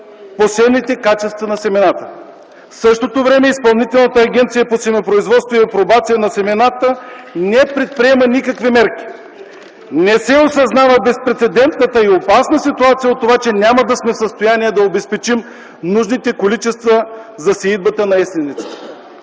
посевните качества на семената. В същото време Изпълнителната агенция по семепроизводство и апробация на семената не предприема никакви мерки. Не се осъзнава безпрецедентната и опасна ситуация от това, че няма да сме в състояние да обезпечим нужните количества за сеитбата на есенниците.